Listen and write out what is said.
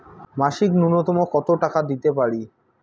মাসিক নূন্যতম কত টাকা দিতে পারি?